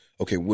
okay